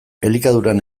elikaduran